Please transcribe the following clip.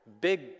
big